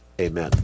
amen